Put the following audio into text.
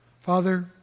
Father